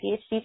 PhD